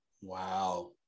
Wow